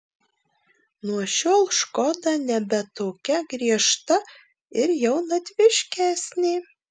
nuo šiol škoda nebe tokia griežta ir jaunatviškesnė